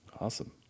Awesome